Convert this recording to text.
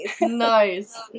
Nice